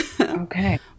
Okay